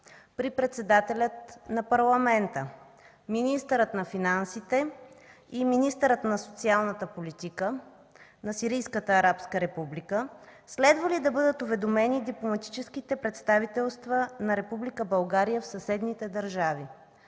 при председателя на Парламента, министъра на финансите и министъра на социалната политика на Сирийската арабска република, следва ли да бъдат уведомени дипломатическите представителства на Република България в съседните държави?